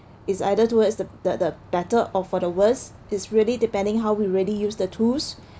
is either towards the the the better or for the worse it's really depending how we really use the tools